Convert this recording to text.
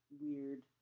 weird